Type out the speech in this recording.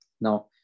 Now